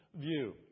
view